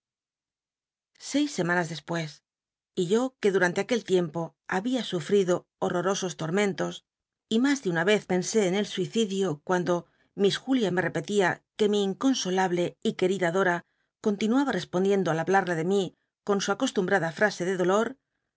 seis semanas despues y yo que durante aquel tiempo había sufrido hortorosos tormentos y mas biblioteca nacional de españa david copperfield de una vez pensé en el suicidio cuando miss julia mo repetía que mi inconsolable y ttel'ida dora continuaba respondicnqo al hablarla de mí con su acostumbrada fmse de dolor